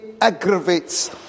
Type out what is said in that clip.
aggravates